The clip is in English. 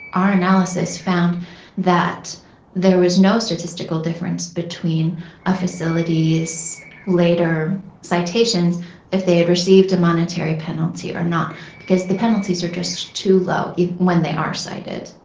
our analysis found that there was no statistical difference between a facility's later citations if they had received a monetary penalty or not because the penalties are just too low, even when they are cited.